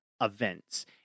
events